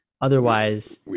Otherwise